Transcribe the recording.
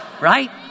right